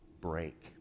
break